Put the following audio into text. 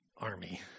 army